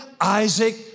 Isaac